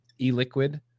e-liquid